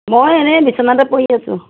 মই এনেই বিচনাতে পৰি আছোঁ